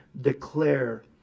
declare